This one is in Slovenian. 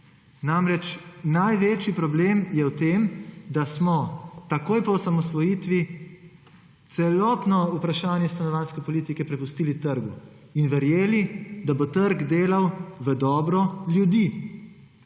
Namreč, največji problem je v tem, da smo takoj po osamosvojitvi celotno vprašanje stanovanjske politike prepustili trgu in verjeli, da bo trg delal v dobro ljudi.